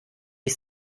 ich